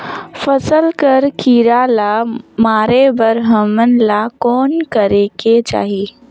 फसल कर कीरा ला मारे बर हमन ला कौन करेके चाही?